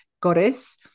goddess